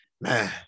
man